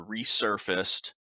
resurfaced